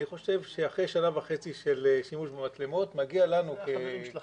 אני חושב שאחרי שנה וחצי של שימוש במצלמות מגיע לנו בכנסת,